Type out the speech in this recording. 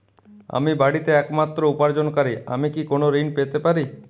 আমি বাড়িতে একমাত্র উপার্জনকারী আমি কি কোনো ঋণ পেতে পারি?